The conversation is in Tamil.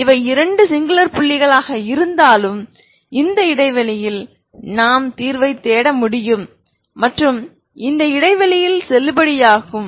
எனவே இவை இரண்டு சிங்குலர் புள்ளிகளாக இருந்தாலும் இந்த இடைவெளியில் நான் தீர்வைத் தேட முடியும் மற்றும் இந்த இடைவெளியில் செல்லுபடியாகும்